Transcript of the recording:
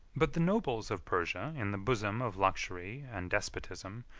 but the nobles of persia, in the bosom of luxury and despotism,